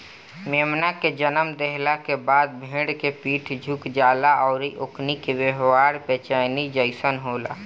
मेमना के जनम देहला के बाद भेड़ के पीठ झुक जाला अउरी ओकनी के व्यवहार बेचैनी जइसन होला